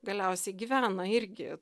galiausiai gyvena irgi